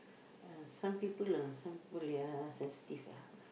uh some people lah some people they are sensitive ah